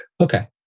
okay